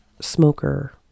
smoker